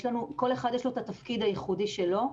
כל אחד יש לו את התפקיד הייחודי שלו.